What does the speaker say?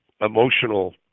emotional